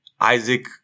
Isaac